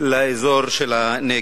לאזור הנגב.